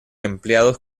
empleados